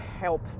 help